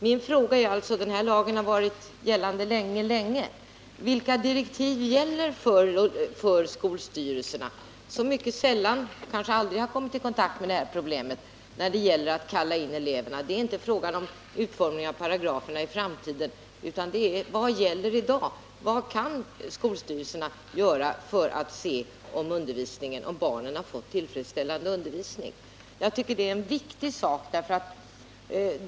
Den här lagen har gällt länge, och min fråga är alltså: Vilka direktiv gäller för skolstyrelser, som mycket sällan eller kanske aldrig kommit i kontakt med det här problemet kring att kalla in elever för prövning? Det gäller här inte utformningen av paragraferna i framtiden utan vad som gäller i dag. Vad kan skolstyrelserna göra för att se om barnen fått en tillfredsställande undervisning? Detta är viktigt.